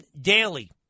daily